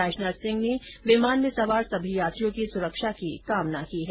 राजनाथ सिंह ने विमान में सवार सभी यात्रियों की सुरक्षा की कामना की है